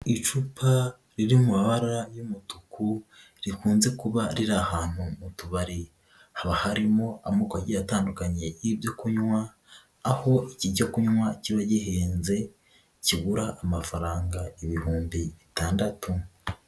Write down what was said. Icupa riri mu mabara y'umutuku rikunze kuba riri ahantu mu tubari haba harimo amoko agiye atandukanye y'ibyo kunywa aho iki cyo kunywa kiba gihenze kigura amafaranga ibihumbi bitandatu.